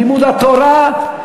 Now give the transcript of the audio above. לימוד התורה?